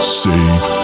save